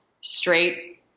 straight